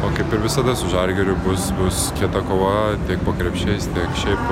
o kaip ir visada su žalgiriu bus bus kieta kova tiek po krepšiais tiek šiaip